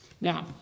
Now